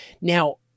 Now